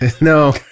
No